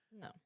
No